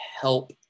help